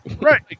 right